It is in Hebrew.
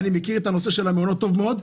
אני מכיר את הנושא של המעונות טוב מאוד.